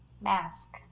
Mask